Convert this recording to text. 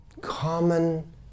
common